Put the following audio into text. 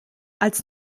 als